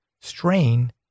strain